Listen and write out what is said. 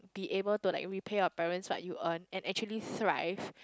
be able to like we repay our parents but you earn and actually thrive